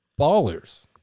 ballers